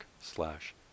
slash